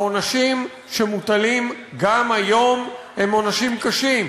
העונשים שמוטלים גם היום הם עונשים קשים,